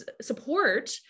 support